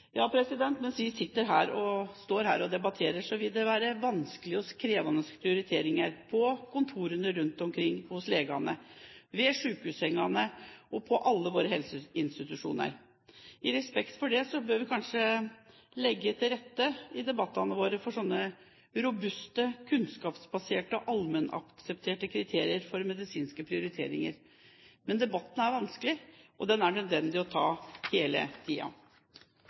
vi står her og debatterer, skjer det vanskelige og krevende prioriteringer på kontorene rundt omkring hos legene, ved sykehussengene og på alle våre helseinstitusjoner. Av respekt for det bør vi kanskje i debattene våre legge til rette for slike robuste, kunnskapsbaserte, allment aksepterte kriterier for medisinske prioriteringer. Men debatten er vanskelig, og den er nødvendig å ta hele